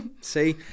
see